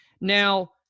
now